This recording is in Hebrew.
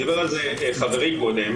דיבר על זה חברי קודם,